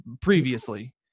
previously